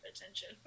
attention